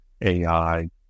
ai